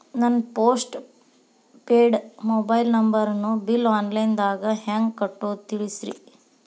ನನ್ನ postpaid mobile ನಂಬರನ್ನು bill online ದಾಗ ಹೆಂಗ್ ಕಟ್ಟೋದು ತಿಳಿಸ್ರಿ